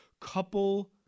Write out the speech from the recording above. couple